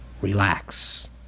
relax